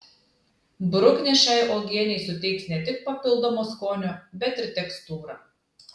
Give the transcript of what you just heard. bruknės šiai uogienei suteiks ne tik papildomo skonio bet ir tekstūrą